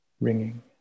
ringing